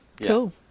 Cool